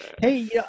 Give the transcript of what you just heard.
Hey